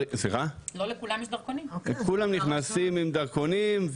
כולם נכנסים עם דרכונים,